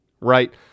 right